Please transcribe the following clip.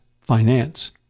finance